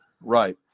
Right